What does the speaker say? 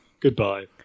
Goodbye